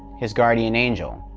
his guardian angel.